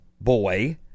boy